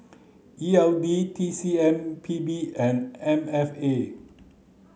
E L D T C M P B and M F A